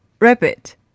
rabbit